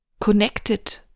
connected